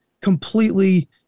completely